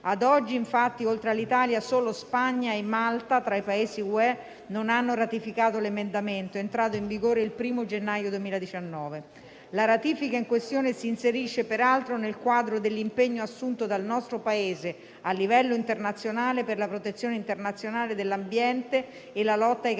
Ad oggi, infatti, oltre all'Italia, solo Spagna e Malta tra i Paesi dell'Unione europea non hanno ratificato l'emendamento entrato in vigore il 1° gennaio 2019. La ratifica in questione si inserisce peraltro nel quadro dell'impegno assunto dal nostro Paese a livello internazionale per la protezione internazionale dell'ambiente e la lotta ai cambiamenti